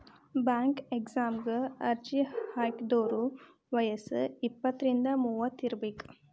bank ಎಕ್ಸಾಮಗ ಅರ್ಜಿ ಹಾಕಿದೋರ್ ವಯ್ಯಸ್ ಇಪ್ಪತ್ರಿಂದ ಮೂವತ್ ಇರಬೆಕ್